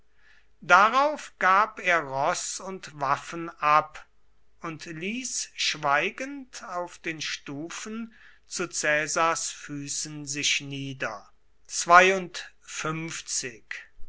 darauf gab er roß und waffen ab und ließ schweigend auf den stufen zu caesars füßen sich nieder